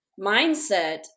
mindset